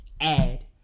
add